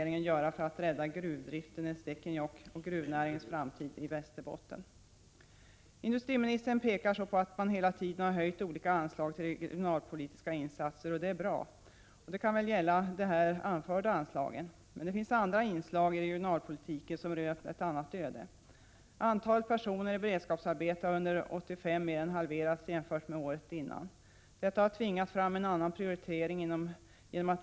Industriministern pekar på att man hela tiden har höjt olika anslag till regionalpolitiska insatser. Det är bra, och det kan möjligen gälla de här anförda anslagen. Men det finns andra inslag i regionalpolitiken som rönt ett annat öde. Antalet personer i beredskapsarbete har mer än halverats under 1985 jämfört med året dessförinnan. Detta har tvingat fram en annan prioritering.